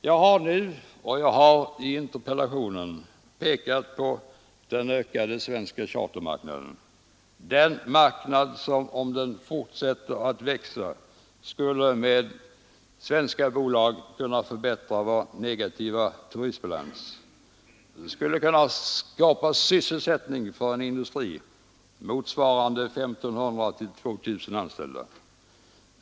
Jag har både här och i interpellationen pekat på den ökade svenska chartermarknaden, den marknad som, om den fortsätter att växa, skulle kunna — med svenska bolag — förbättra vår negativa turistbalans och skapa sysselsättning motsvarande en industri med 1 500—2 000 anställda.